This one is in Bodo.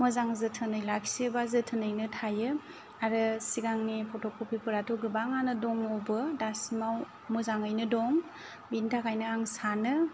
मोजां जोथोनै लाखियोब्ला जोथोनैनो थायो आरो सिगांनि गोबां फट' कपि फोरा गोबाङानो दङबो दासिमाव मोजाङैनो दं बिनि थाखायनो आं सानो